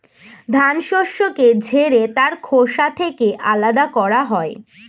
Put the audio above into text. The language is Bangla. ধান শস্যকে ঝেড়ে তার খোসা থেকে আলাদা করা হয়